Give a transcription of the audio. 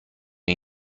این